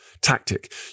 tactic